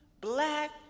black